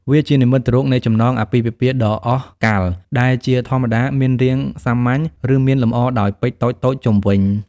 វាជានិមិត្តរូបនៃចំណងអាពាហ៍ពិពាហ៍ដ៏អស់កល្ប ដែលជាធម្មតាមានរាងសាមញ្ញ ឬមានលម្អដោយពេជ្រតូចៗជុំវិញ។